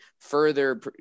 further